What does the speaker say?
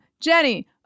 Jenny